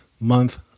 month